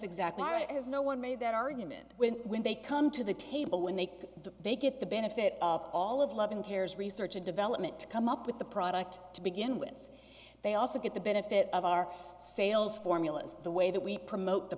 exactly right has no one made that argument when when they come to the table when they think they get the benefit of all of love and care is research and development to come up with the product to begin with they also get the benefit of our sales formulas the way that we promote the